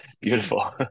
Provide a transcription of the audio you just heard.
Beautiful